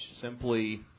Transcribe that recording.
simply